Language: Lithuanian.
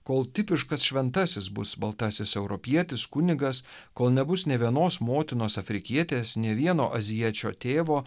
kol tipiškas šventasis bus baltasis europietis kunigas kol nebus nė vienos motinos afrikietės nė vieno azijiečio tėvo